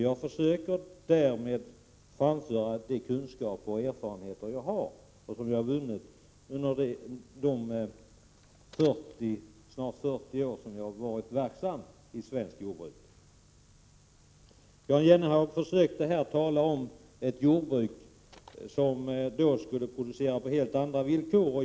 Jag försökte att framföra de kunskaper och erfarenheter som jag har och som jag har vunnit under de snart 40 år som jag varit verksam inom svenskt jordbruk. Jan Jennehag försökte tala om ett jordbruk som skulle producera på helt andra villkor.